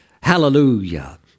Hallelujah